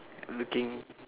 looking